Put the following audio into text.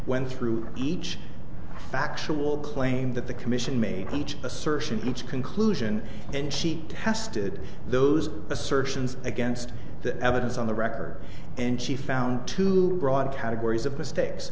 went through each factual claim that the commission made each assertion each conclusion and she has stood those assertions against the evidence on the record and she found two broad categories of mistakes